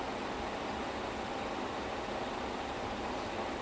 so he will use also so underhanded ways to get his way